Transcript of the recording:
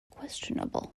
questionable